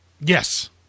Yes